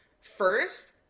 first